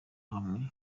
hamwe